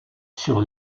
sur